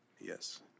Yes